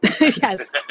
Yes